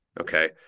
okay